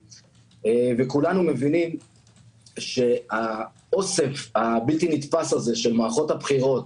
כולנו מבינים שהאוסף הבלתי נתפס של מערכות הבחירות